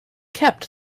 kept